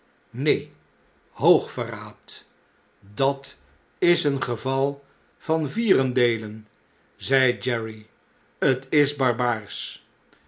neen hoogverraad dat is een geval van vierendeelen zei jerry t is barbaarsch